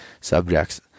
subjects